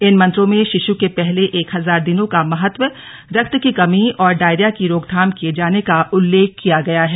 इन मंत्रों में शिशु के पहले एक हजार दिनों का महत्व रक्त की कमी और डायरिया की रोकथाम किये जाने का उल्लेख किया गया है